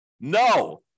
No